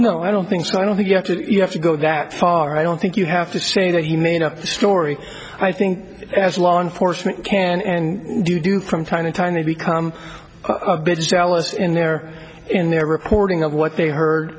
no i don't think so i don't think you have to you have to go that far i don't think you have to say that he made up the story i think as a law enforcement can and do do from time to time to become a bit jealous in their in their reporting of what they h